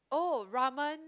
oh ramen